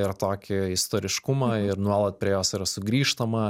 ir tokį istoriškumą ir nuolat prie jos yra sugrįžtama